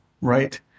right